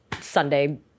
Sunday